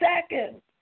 second